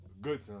good